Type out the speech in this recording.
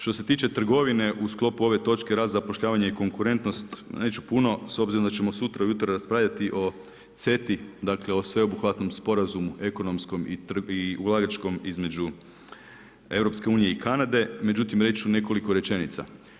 Što se tiče ove trgovine, u sklopu ove točke rad zapošljavanje i konkurentnost, neću puno, s obzirom da ćemo sutra ujutro raspravljati o CETI, dati o sveobuhvatnom sporazumu ekonomskom i ulagačkom između EU i Kanade, međutim reći ću nekoliko rečenica.